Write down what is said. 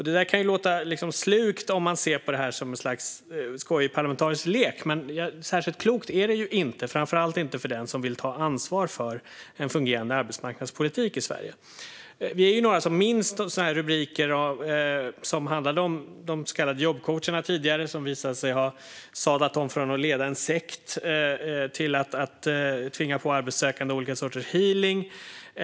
Det kan låta slugt om man ser på det som en skojig parlamentarisk lek, men särskilt klokt är det inte, framför allt inte för den som vill ta ansvar för en fungerande arbetsmarknadspolitik i Sverige. Vi är några som minns rubriker som handlade om så kallade jobbcoacher, som fanns tidigare, som visade sig ha sadlat om från att leda en sekt till att tvinga på arbetssökande olika sorters healing.